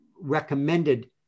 recommended